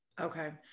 Okay